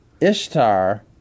Ishtar